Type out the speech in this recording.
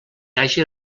hagi